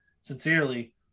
sincerely